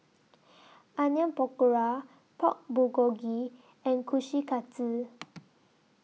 Onion Pakora Pork Bulgogi and Kushikatsu